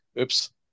Oops